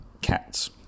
cats